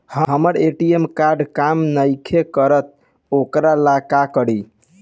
हमर ATM card काम नईखे करत वोकरा ला का करी?